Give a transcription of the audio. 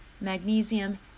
magnesium